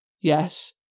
yes